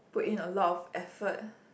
put in a lot of effort